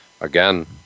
again